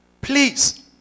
Please